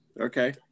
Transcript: Okay